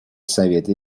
советы